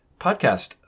podcast